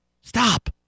Stop